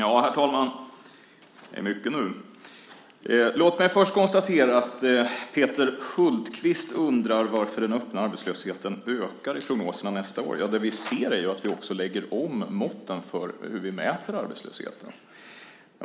Herr talman! Det är mycket nu! Låt mig först konstatera att Peter Hultqvist undrar varför den öppna arbetslösheten ökar i prognoserna nästa år. Ja, det vi ser är ju att vi lägger om måtten för hur vi mäter arbetslösheten.